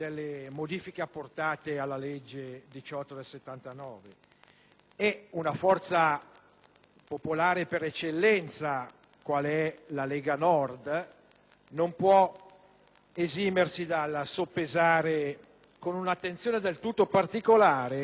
popolare per eccellenza, qual è la Lega Nord, non può esimersi dal soppesare con un'attenzione del tutto particolare (direi con autentico scrupolo democratico) la portata di questo cambiamento.